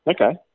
Okay